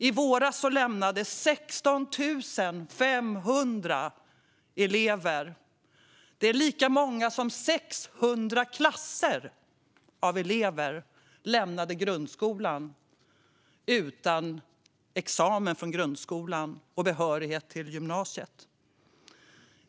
I våras lämnade 16 500 elever - det är lika många som 600 klasser - grundskolan utan examen från grundskolan och behörighet till gymnasiet.